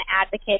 advocate